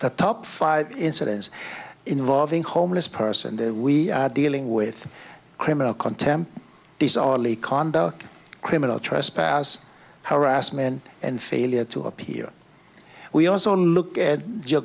the top five incidents involving homeless person that we are dealing with criminal contempt these are early conduct criminal trespass harassment and failure to appear we also look at